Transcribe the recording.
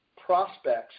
prospects